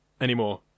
anymore